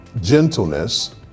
gentleness